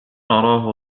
أراه